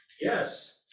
Yes